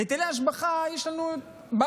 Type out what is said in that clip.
בהיטלי השבחה יש לנו בעיה.